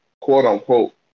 quote-unquote